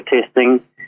testing